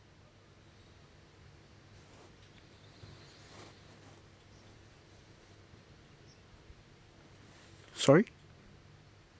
sorry